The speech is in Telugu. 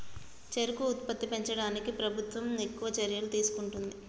చెరుకు ఉత్పత్తి పెంచడానికి ప్రభుత్వం ఎక్కువ చర్యలు తీసుకుంటుంది